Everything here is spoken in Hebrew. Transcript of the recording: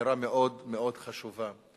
אמירה מאוד מאוד חשובה.